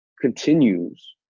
continues